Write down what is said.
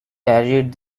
carried